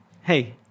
Hey